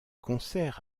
concert